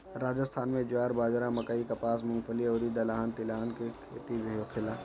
राजस्थान में ज्वार, बाजारा, मकई, कपास, मूंगफली अउरी दलहन तिलहन के खेती होखेला